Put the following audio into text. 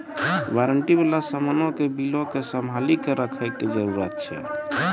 warranty बाला समान के बिलो के संभाली के रखै के जरूरत छै